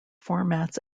formats